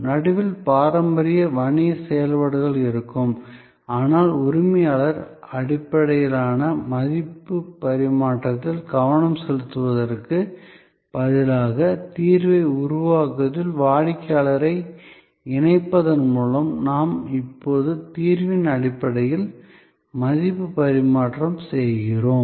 நடுவில் பாரம்பரிய வணிக செயல்பாடுகள் இருக்கும் ஆனால் உரிமையாளர் அடிப்படையிலான மதிப்பு பரிமாற்றத்தில் கவனம் செலுத்துவதற்கு பதிலாக தீர்வை உருவாக்குவதில் வாடிக்கையாளரை இணைப்பதன் மூலம் நாம் இப்போது தீர்வின் அடிப்படையில் மதிப்பு பரிமாற்றம் செய்கிறோம்